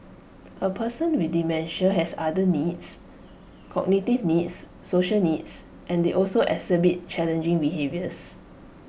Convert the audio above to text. A person with dementia has other needs cognitive needs social needs and they also exhibit challenging behaviours